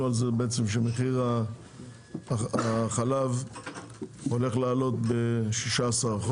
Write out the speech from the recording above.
על זה שמחיר החלב בפיקוח הולך לעלות ב-16%,